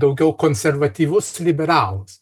daugiau konservatyvus liberalas